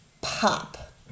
pop